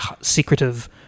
secretive